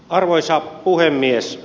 arvoisa puhemies